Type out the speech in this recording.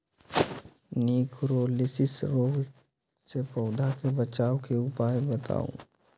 निककरोलीसिस रोग से पौधा के बचाव के उपाय बताऊ?